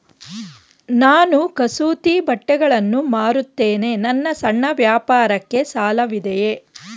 ನಾನು ಕಸೂತಿ ಬಟ್ಟೆಗಳನ್ನು ಮಾರುತ್ತೇನೆ ನನ್ನ ಸಣ್ಣ ವ್ಯಾಪಾರಕ್ಕೆ ಸಾಲವಿದೆಯೇ?